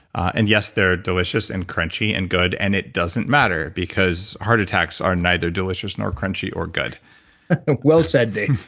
and yes they're delicious and crunchy and good, and it doesn't matter, because heart attacks are neither delicious, nor crunchy or good. laughs well said dave,